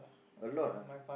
a lot ah